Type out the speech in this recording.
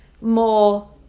more